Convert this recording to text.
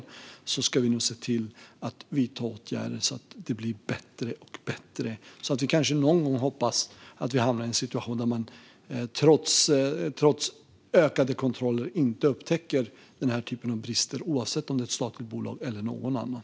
Med detta ska vi nog se till att vidta åtgärder så att det blir bättre och bättre. Vi kan därför hoppas att vi kanske någon gång hamnar i en situation där man trots ökade kontroller inte upptäcker den här typen av brister - oavsett om det rör sig om ett statligt bolag eller någon annan.